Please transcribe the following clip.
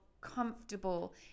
comfortable